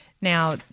Now